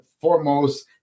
foremost –